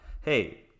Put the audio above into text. hey